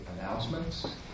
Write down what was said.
announcements